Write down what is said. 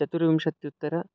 चर्तुर्विंशत्युत्तरं